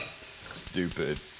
Stupid